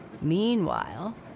Meanwhile